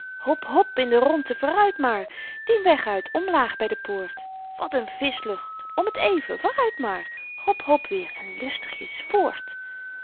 hop hop in de rondte vooruit maar dien weg uit omlaag by de poort wat n vischlucht om t even vooruit maar hop hop weêr en lustigjes voort